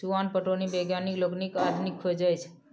चुआन पटौनी वैज्ञानिक लोकनिक आधुनिक खोज अछि